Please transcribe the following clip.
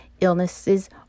illnesses